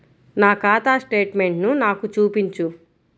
నా ఖాతా స్టేట్మెంట్ను నాకు చూపించు